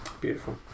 Beautiful